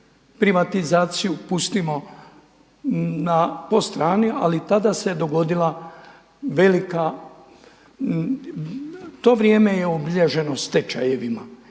privatizaciju pustimo po strani, ali tada se dogodila velika, to vrijeme je obilježeno stečajevima